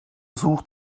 sucht